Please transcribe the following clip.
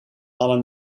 alle